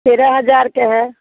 तेरह हज़ार के हैं